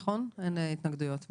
אין התנגדויות.